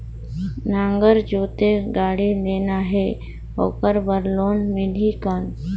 नागर जोते गाड़ी लेना हे ओकर बार लोन मिलही कौन?